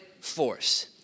force